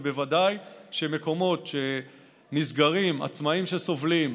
בוודאי שמקומות שנסגרים, עצמאים שסובלים,